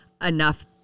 enough